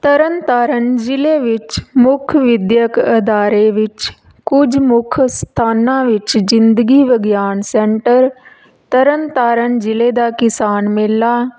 ਤਰਨਤਾਰਨ ਜ਼ਿਲ੍ਹੇ ਵਿੱਚ ਮੁੱਖ ਵਿੱਦਿਅਕ ਅਦਾਰੇ ਵਿੱਚ ਕੁਝ ਮੁੱਖ ਸਥਾਨਾਂ ਵਿੱਚ ਜ਼ਿੰਦਗੀ ਵਿਗਿਆਨ ਸੈਂਟਰ ਤਰਨਤਾਰਨ ਜ਼ਿਲ੍ਹੇ ਦਾ ਕਿਸਾਨ ਮੇਲਾ